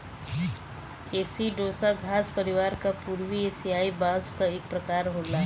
एसिडोसा घास परिवार क पूर्वी एसियाई बांस क एक प्रकार होला